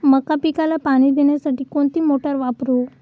मका पिकाला पाणी देण्यासाठी कोणती मोटार वापरू?